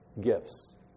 gifts